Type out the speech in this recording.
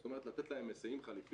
זאת אומרת לתת להם היסעים חלופיים.